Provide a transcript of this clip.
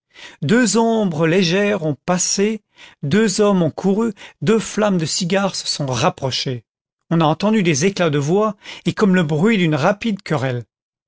deux ombres légères ont passé deux hommes ont couru deux flammes de cigare se sont approchées on a entendu des éclats de voix et comme le bruit d'une rapide querelle